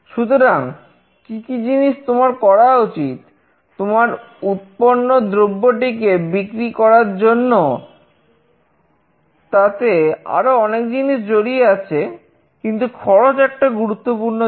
সুতরাং কি কি জিনিস তোমার করা উচিত তোমার উৎপন্ন দ্রব্যটিকে বিক্রি করার জন্য তাতে আরো অনেক জিনিস জড়িয়ে আছে কিন্তু খরচ একটা গুরুত্বপূর্ণ দিক